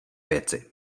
věci